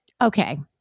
okay